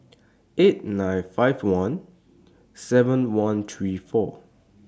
eight nine five one seven one three four